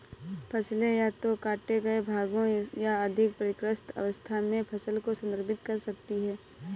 फसलें या तो काटे गए भागों या अधिक परिष्कृत अवस्था में फसल को संदर्भित कर सकती हैं